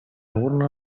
urna